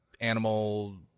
animal